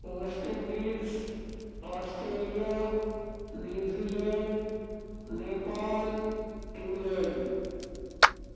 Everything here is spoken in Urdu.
waste Indies Australia New Zealand Nepal England